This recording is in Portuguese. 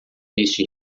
neste